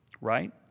right